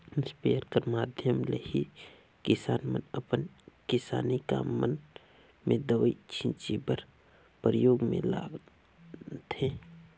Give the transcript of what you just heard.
sprayer कर माध्यम ले ही किसान मन अपन किसानी काम मन मे दवई छीचे बर परियोग मे लानथे